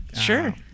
sure